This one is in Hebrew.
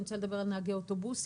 אני רוצה לדבר על נהגי אוטובוסים.